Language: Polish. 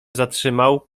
zatrzymał